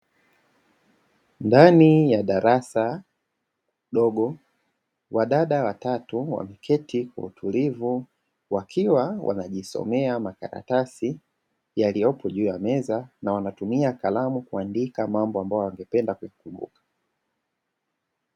Ndani ya darasa dogo, wadada watatu wameketi kwa utulivu wakiwa wanajisomea makaratasi yaliyopo juu ya meza na wanatumia kalamu kuandika mambo ambayo wanagependa kuyakumbuka.